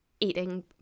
eating